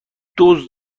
دزد